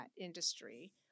industry